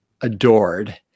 adored